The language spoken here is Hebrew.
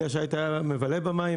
כלי השיט היה מבלה במים,